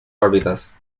órbitas